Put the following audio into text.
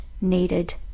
needed